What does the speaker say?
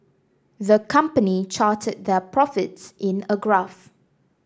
the company charted their profits in a graph